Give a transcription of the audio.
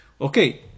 Okay